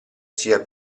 sia